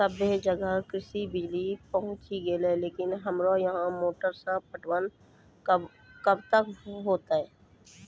सबे जगह कृषि बिज़ली पहुंची गेलै लेकिन हमरा यहाँ मोटर से पटवन कबे होतय?